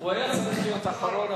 הוא היה צריך להיות אחרון,